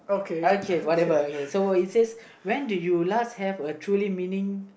okay whatever okay so well it says when did you last have a truly meaning